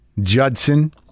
Judson